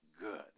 good